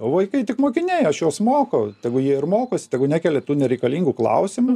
o vaikai tik mokiniai aš juos mokau tegu jie ir mokos tegu nekelia tų nereikalingų klausimų